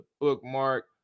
bookmark